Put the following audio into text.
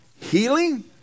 Healing